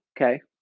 okay